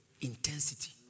intensity